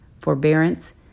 forbearance